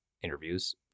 interviews